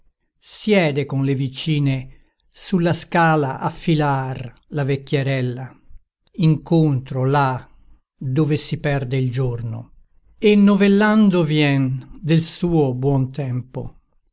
siede con le vicine su la scala a filar la vecchierella incontro là dove si perde il giorno e novellando vien del suo buon tempo